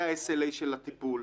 זה ה-SLA של הטיפול,